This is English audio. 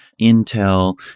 Intel